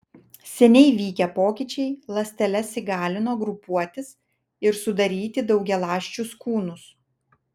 seniai vykę pokyčiai ląsteles įgalino grupuotis ir sudaryti daugialąsčius kūnus